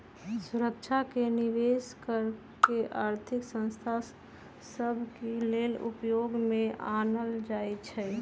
सुरक्षाके विशेष कऽ के आर्थिक संस्था सभ के लेले उपयोग में आनल जाइ छइ